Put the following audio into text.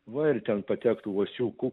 va ir ten patektų uosiukų